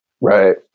Right